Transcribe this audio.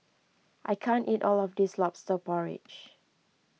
I can't eat all of this Lobster Porridge